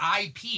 IP